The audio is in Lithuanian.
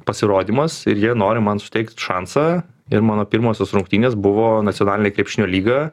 pasirodymas ir jie nori man suteikt šansą ir mano pirmosios rungtynės buvo nacionalinė krepšinio lyga